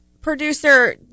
producer